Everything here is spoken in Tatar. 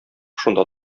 шунда